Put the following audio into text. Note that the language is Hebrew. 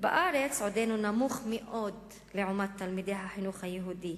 בארץ עודנו נמוך מאוד לעומת תלמידי החינוך היהודי: